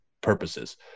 purposes